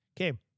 Okay